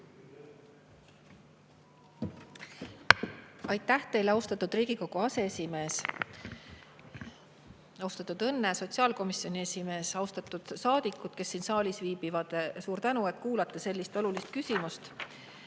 Aitäh teile, austatud Riigikogu aseesimees! Austatud Õnne, sotsiaalkomisjoni esimees! Austatud saadikud, kes siin saalis viibivad, suur tänu, et kuulate sellise olulise küsimuse